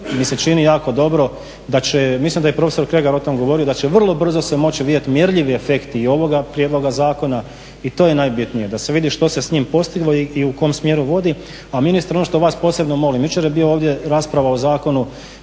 mi se čini jako dobro da će, mislim da je prof. Kregar o tome govorio, da će vrlo brzo se moći vidjeti mjerljivi efekti i ovoga prijedloga zakona i to je najbitnije da se vidi što se s njim postiglo i u kom smjeru vodi. A ministre, ono što vas posebno molim, jučer je bila ovdje rasprava o zakonu